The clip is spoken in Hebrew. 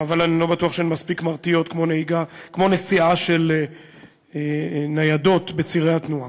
אבל אני לא בטוח שהן מספיק מרתיעות כמו נסיעה של ניידות בצירי התנועה.